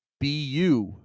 BU